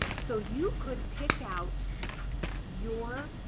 so you could pick out your